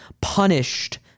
punished